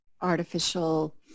artificial